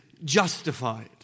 justified